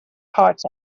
parts